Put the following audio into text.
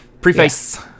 Preface